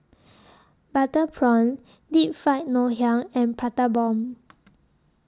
Butter Prawn Deep Fried Ngoh Hiang and Prata Bomb